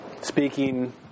speaking